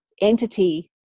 entity